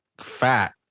fat